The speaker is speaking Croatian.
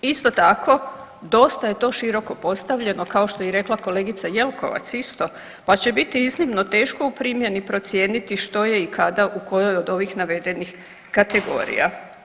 Isto tako dosta je to širok postavljeno kao što je i rekla kolegica Jelkovac isto, pa će iznimno teško u primjeni procijeniti što je i kada u kojoj od ovih navedenih kategorija.